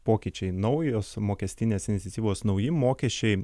pokyčiai naujos mokestinės iniciatyvos nauji mokesčiai